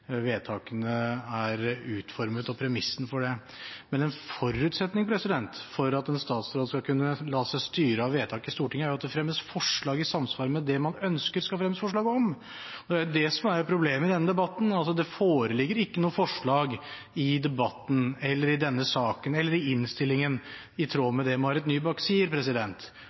vedtakene, helt uavhengig av hvordan de vedtakene er utformet, og premissene for dem. Men en forutsetning for at en statsråd skal kunne la seg styre av vedtak i Stortinget, er at det fremmes forslag i samsvar med det man ønsker det skal fremmes forslag om. Det er dette som er problemet i denne debatten: Det foreligger ikke noe forslag i debatten, i denne saken eller i innstillingen i tråd med det Marit Nybakk sier.